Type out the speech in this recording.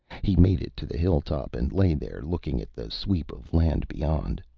he made it to the hilltop and lay there, looking at the sweep of land beyond.